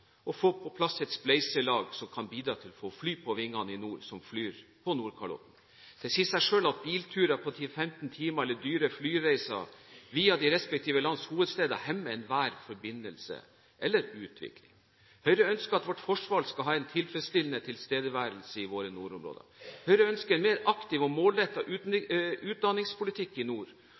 å få på plass et spleiselag som kan bidra til å få fly på vingene i nord som flyr på Nordkalotten. Det sier seg selv at bilturer på 10 til 15 timer eller dyre flyreiser via de respektive lands hovedsteder hemmer enhver forbindelse eller utvikling. Høyre ønsker at vårt forsvar skal ha en tilfredsstillende tilstedeværelse i våre nordområder. Høyre ønsker en mer aktiv og målrettet utdanningspolitikk i nord,